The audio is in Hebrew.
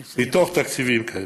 לכן,